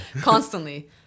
Constantly